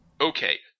Okay